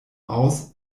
aus